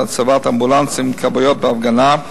הצבת אמבולנסים וכבאיות בהפגנה,